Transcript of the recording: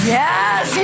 yes